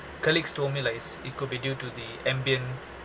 colleagues told me like s~ it could be due to the ambient